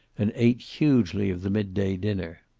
and ate hugely of the mid-day dinner.